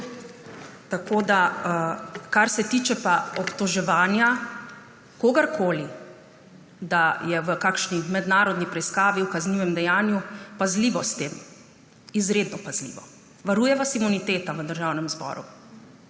v pravu. Kar se tiče pa obtoževanja kogarkoli, da je v kakšni mednarodni preiskavi, v kaznivem dejanju – pazljivo s tem, izredno pazljivo. Varuje vas imuniteta v Državnem zboru,